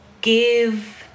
give